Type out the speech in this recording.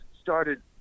started